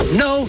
no